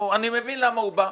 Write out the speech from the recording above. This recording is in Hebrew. אני מבין למה הוא בא.